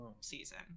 season